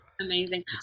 amazing